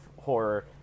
horror